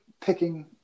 picking